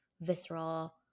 visceral